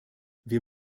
wir